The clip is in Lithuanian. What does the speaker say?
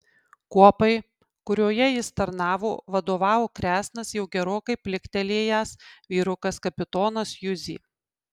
kuopai kurioje jis tarnavo vadovavo kresnas jau gerokai pliktelėjęs vyrukas kapitonas juzė